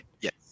Yes